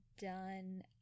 done